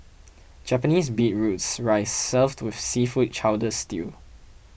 Japanese beetroots rice served with seafood chowder stew